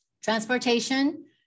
Transportation